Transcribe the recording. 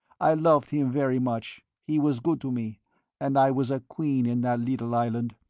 i loved him very much. he was good to me and i was a queen in that little island.